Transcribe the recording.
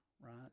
right